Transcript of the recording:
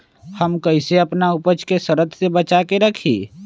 हम कईसे अपना उपज के सरद से बचा के रखी?